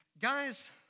guys